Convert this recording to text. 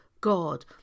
God